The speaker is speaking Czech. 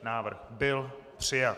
Návrh byl přijat.